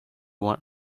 want